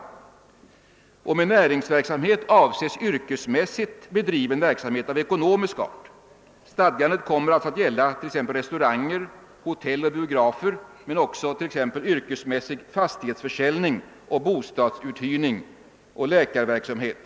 Med näringsverksamhet avses yrkesmässigt bedriven verksamhet av ekonomisk art. Stadgandet kommer alltså att gälla t.ex. restauranger, hotell och biografer men också exempelvis yrkesmässig fastighetsförsäljning, bostadsuthyrning samt läkarverksamhet.